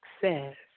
success